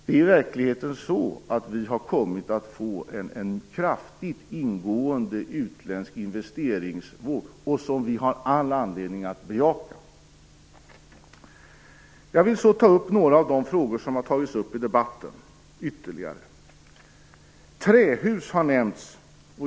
Vi har i verkligheten kommit att få en kraftig ingående utländsk investeringsvåg, som vi har all anledning att bejaka. Jag vill ta upp ytterligare några av de frågor som har ställts i debatten. Trähus har nämts.